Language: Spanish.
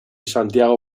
santiago